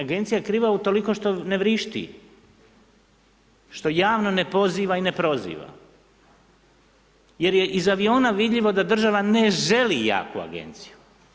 Agencija je kriva utoliko što ne vrišti, što javno ne poziva i ne proziva jer je iz aviona vidljivo da država ne želi jaku agenciju.